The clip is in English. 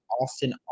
Austin